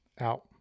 out